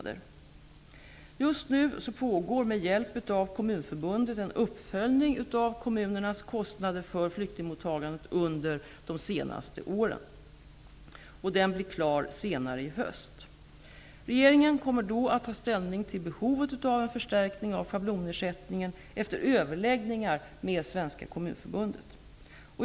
Just nu pågår med hjälp av Kommunförbundet en uppföljning av kommunernas kostnader för flyktingmottagandet under de senaste åren. Den blir klar senare i höst. Regeringen kommer då att ta ställning till behovet av en förstärkning av schablonersättningen efter överläggningar med Svenska kommunförbundet.